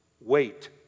wait